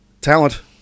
talent